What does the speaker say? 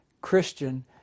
Christian